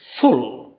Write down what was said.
full